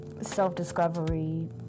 self-discovery